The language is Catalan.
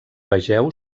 vegeu